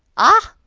ah!